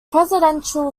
presidential